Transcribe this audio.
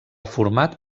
format